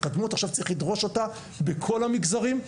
עכשיו צריך לדרוש אותה בכל המגזרים.